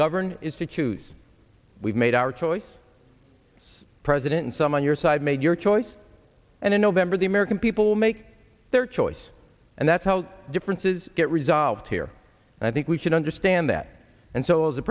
govern is to choose we've made our choice president someone your side made your choice and in november the american people make their choice and that's how differences get resolved here and i think we should understand that and so as the